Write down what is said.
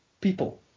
people